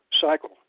cycle